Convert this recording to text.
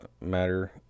Matter